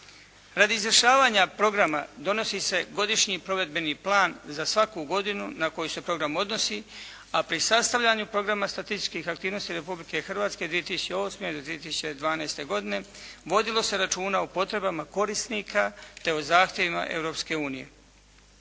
Pred izvršavanja programa donosi se godišnji provedbeni plan za svaku godinu na koju se program odnosi, a pri sastavljanju Programa statističkih aktivnosti Republike Hrvatske 2008. do 2012. godine vodilo se računa o potrebama korisnika, te o zahtjevima